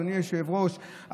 אדוני היושב-ראש,